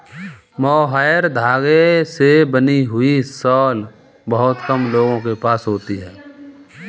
mohair धागे से बनी हुई शॉल बहुत कम लोगों के पास होती है